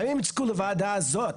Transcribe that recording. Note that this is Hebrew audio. האם הוצגו לוועדה הזאת,